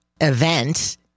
event